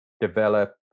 develop